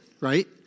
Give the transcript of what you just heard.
right